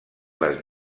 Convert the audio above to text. les